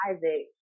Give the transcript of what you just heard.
Isaac